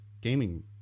gaming